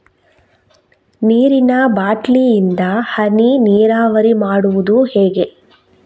ನೀರಿನಾ ಬಾಟ್ಲಿ ಇಂದ ಹನಿ ನೀರಾವರಿ ಮಾಡುದು ಹೇಗೆ?